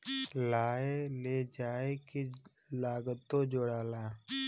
लाए ले जाए के लागतो जुड़ाला